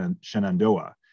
Shenandoah